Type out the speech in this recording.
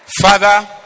father